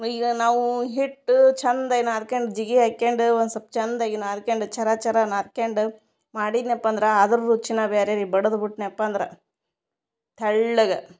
ಈಗ ನಾವು ಹಿಟ್ಟು ಚೆಂದೈನ ನಾದ್ಕ್ಯಂಡು ಜಿಗಿ ಹಾಕ್ಯಂಡು ಒಂದ್ಸೊಲ್ಪ ಚಂದಾಗಿ ನಾದ್ಕ್ಯಂಡು ಚರ ಚರ ನಾದ್ಕ್ಯಂಡು ಮಾಡಿದ್ನಪ್ಪಂದರಾ ಅದ್ರ ರುಚಿನ ಬ್ಯಾರೆ ರೀ ಬಡುದು ಬಿಟ್ನಪ್ಪಂದರ ತೆಳ್ಳಗ